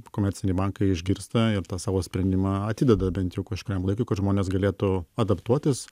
komerciniai bankai išgirsta ir tą savo sprendimą atideda bent jau kažkuriam laikui kad žmonės galėtų adaptuotis